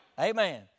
Amen